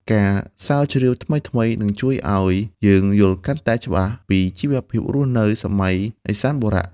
ការស្រាវជ្រាវថ្មីៗនឹងជួយឱ្យយើងយល់កាន់តែច្បាស់ពីជីវភាពរស់នៅសម័យឦសានបុរៈ។